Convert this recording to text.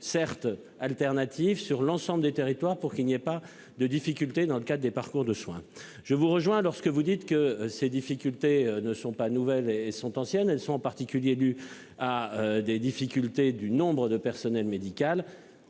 certes alternative sur l'ensemble des territoires pour qu'il n'y ait pas de difficultés dans le cadre des parcours de soins. Je vous rejoins lorsque vous dites que ces difficultés ne sont pas nouvelles et sont anciennes, elles sont en particulier, dû à des difficultés du nombre de personnel médical